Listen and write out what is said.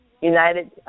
United